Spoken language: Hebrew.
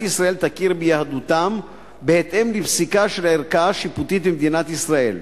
ישראל תכיר ביהדותם בהתאם לפסיקה של ערכאה שיפוטית במדינת ישראל.